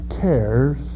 cares